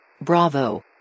Bravo